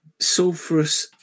sulfurous